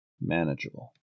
manageable